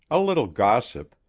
a little gossip,